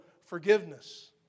forgiveness